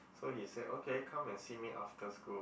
so he said okay come and see me after school